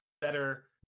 better